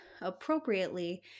appropriately